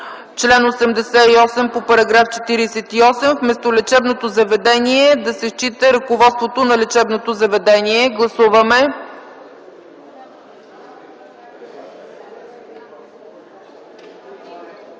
чл. 88 по § 48 – вместо „лечебното заведение” да се счита „ръководството на лечебното заведение”. Гласували